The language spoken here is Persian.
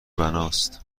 بناست